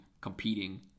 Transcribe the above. competing